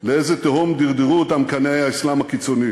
לאיזה תהום דרדרו אותם קנאי האסלאם הקיצוני,